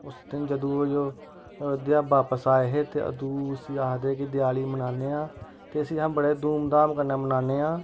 उस दिन जदूं अयोध्या बापस आए हे ते अदूं उसी आखदे हे कि दयाली मनान्ने आं ते इसी अस बड़े धूमधाम कन्नै मनान्ने आं